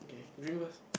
you drink first